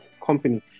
company